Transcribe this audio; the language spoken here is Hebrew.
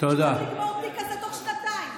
אפשר לגמור תיק כזה תוך שנתיים,